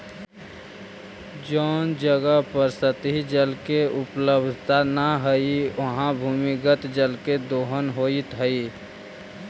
जउन जगह पर सतही जल के उपलब्धता न हई, उहाँ भूमिगत जल के दोहन होइत हई